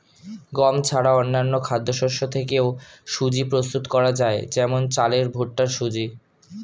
গম ছাড়া অন্যান্য খাদ্যশস্য থেকেও সুজি প্রস্তুত করা যায় যেমন চালের ভুট্টার সুজি